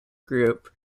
group